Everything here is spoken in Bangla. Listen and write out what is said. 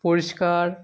পরিষ্কার